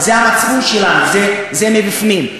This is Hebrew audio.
זה המצפון שלנו, זה מבפנים.